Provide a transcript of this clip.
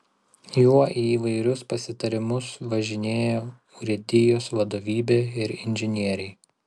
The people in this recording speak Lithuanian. juo į įvairius pasitarimus važinėja urėdijos vadovybė ir inžinieriai